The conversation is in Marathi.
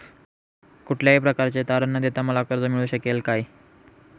कुठल्याही प्रकारचे तारण न देता मला कर्ज मिळू शकेल काय?